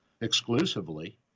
exclusively